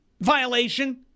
violation